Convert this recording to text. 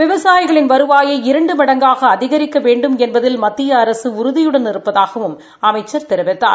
விவசாயிகளின் வருவாயை இரண்டு மடங்காக அதிகரிக்க வேண்டும் என்பதில் மத்திய அரசு உறுதியுடன் இருப்பதாகவும் அமைச்சர் தெரிவித்தார்